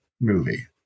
movie